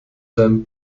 seinem